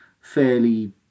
fairly